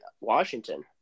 Washington